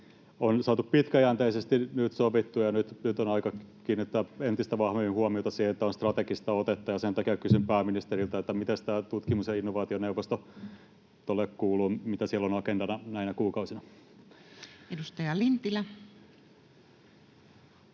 on saatu pitkäjänteisesti nyt sovittua, ja nyt on aika kiinnittää entistä vahvemmin huomiota siihen, että on strategista otetta. Sen takia kysyn pääministeriltä: Mitä tutkimus- ja innovaationeuvostolle kuuluu? Mitä siellä on agendalla näinä kuukausina? [Speech 7]